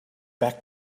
back